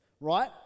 right